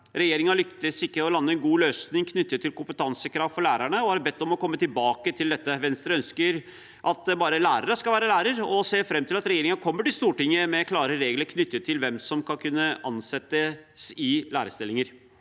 Regjeringen lyktes ikke i å lande en god løsning knyttet til kompetansekrav for lærerne og har bedt om å få komme tilbake til dette. Venstre ønsker at bare lærere skal være lærere, og ser fram til at regjeringen kommer til Stortinget med klare regler om hvem som skal kunne ansettes i lærerstillinger.